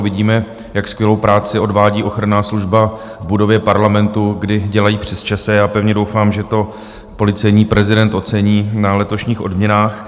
Vidíme, jak skvělou práci odvádí ochranná služba v budově Parlamentu, kdy dělají přesčasy, a já pevně doufám, že to policejní prezident ocení na letošních odměnách.